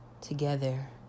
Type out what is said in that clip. together